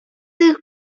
tych